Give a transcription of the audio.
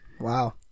Wow